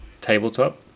tabletop